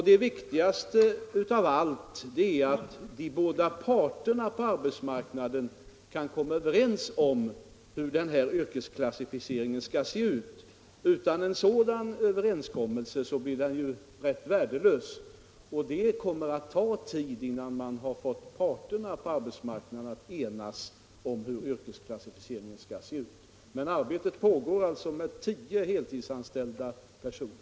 Det viktigaste av allt är att de båda parterna på arbetsmarknaden kan komma överens om hur yrkesklassificeringen skall se ut. Utan en sådan överenskommelse blir den rätt värdelös, och det kommer att ta tid innan man har fått parterna på arbetsmarknaden att enas om hur yrkesklassificeringen skall se ut. Men arbetet pågår alltså med tio heltidsanställda personer.